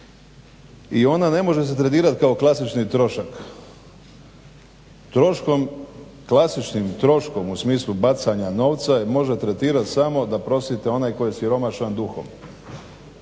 i ona ne može se tretirat kao klasični trošak. Klasičnim troškom u smislu bacanja novca se može tretirat samo da prostite onaj tko je siromašan duhom